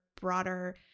broader